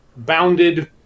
bounded